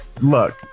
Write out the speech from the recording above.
look